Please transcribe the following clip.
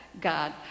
God